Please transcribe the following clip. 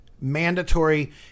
mandatory